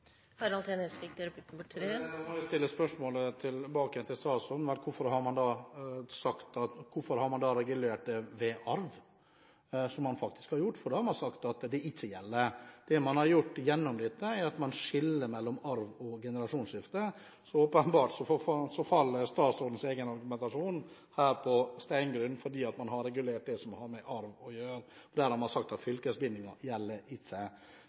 Da må jeg stille spørsmålet tilbake igjen til statsråden: Hvorfor har man da regulert det ved arv? Det har man faktisk gjort, for da har man sagt at det ikke gjelder. Det man har gjort gjennom dette, er at man skiller mellom arv og generasjonsskifte. Så åpenbart faller statsrådens egen argumentasjon på steingrunn fordi man har regulert det som har med arv å gjøre. Der har man sagt at fylkesbindingen ikke gjelder.